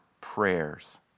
prayers